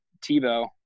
Tebow